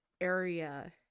area